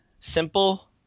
simple